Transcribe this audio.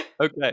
Okay